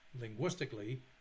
linguistically